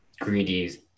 greedy